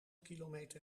kilometer